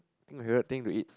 think my favourite thing to eat